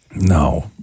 No